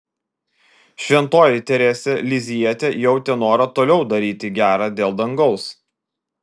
šventoji teresė lizjietė jautė norą toliau daryti gera dėl dangaus